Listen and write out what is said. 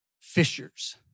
fishers